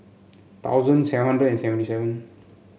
thousand seven hundred seventy seven